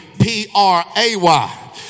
P-R-A-Y